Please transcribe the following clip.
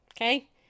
Okay